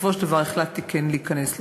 בסופו של דבר החלטתי כן להיכנס לזה.